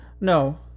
No